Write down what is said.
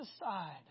aside